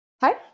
Hi